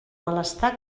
malestar